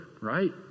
right